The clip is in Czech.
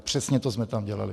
Přesně to jsme tam dělali.